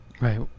right